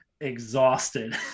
exhausted